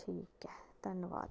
ठीक ऐ घन्यबाद